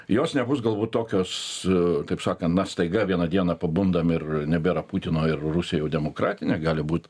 jos nebus galbūt tokios taip sakant na staiga vieną dieną pabundam ir nebėra putino ir rusija jau demokratinė gali būt